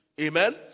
Amen